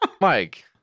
mike